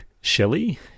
Shelley